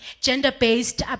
gender-based